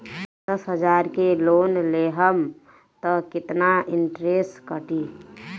दस हजार के लोन लेहम त कितना इनट्रेस कटी?